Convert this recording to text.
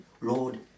Lord